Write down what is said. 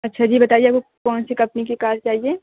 اچھا جی بتائیے آپ کو کون سی کمپنی کی کار چاہیے